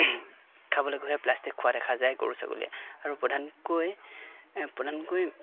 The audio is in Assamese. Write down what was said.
খাবলৈ গৈ হে প্লাষ্টিক খোৱা দেখা যায় গৰু ছাগলীয়ে আৰু প্ৰধানকৈ প্ৰধানকৈ